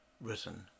written